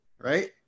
Right